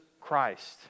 Christ